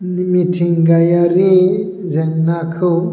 मिथिंगायारि जेंनाखौ